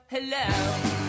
hello